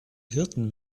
hirten